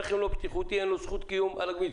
רכב לא בטיחותי אין לו זכות קיום על הכביש.